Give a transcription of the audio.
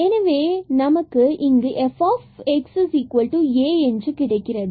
எனவே நமக்கு இங்கு fx A கிடைக்கிறது